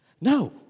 No